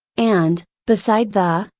and, beside the,